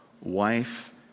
wife